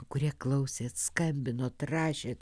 kurie klausėt skambinot rašėt